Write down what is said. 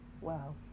Wow